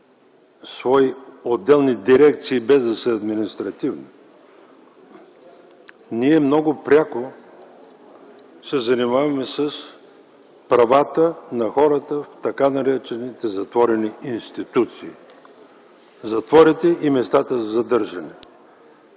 свои отделни дирекции, без да са административни. Ние много пряко се занимаваме с правата на хората в тъй наречените затворени институции – затворите и местата за задържане.